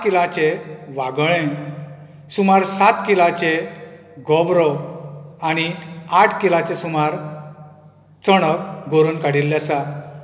पांच किलांचे वागोळें सुमार सात किलाचें गोब्रो आनी आठ किलाचें सुमार चणक गोरोवन काडिल्लें आसा